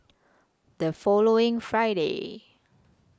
The following Friday